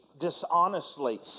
dishonestly